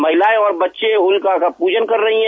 मश्तिलाएं और बच्चे होलिका का पूजन कर रही है